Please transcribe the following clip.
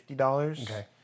Okay